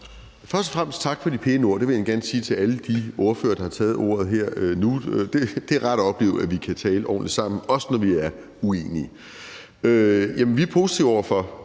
Først og fremmest vil jeg sige tak for de pæne ord. Og det vil jeg egentlig gerne sige til alle de ordførere, der har taget ordet nu her. Det er rart at opleve, at vi kan tale ordentligt sammen, også når vi er uenige. Vi er positive over for,